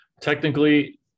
Technically